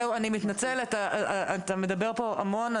אני מתנצלת, אתה מדבר פה המון.